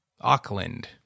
Auckland